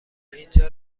اینجا